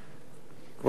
כבוד היושב-ראש,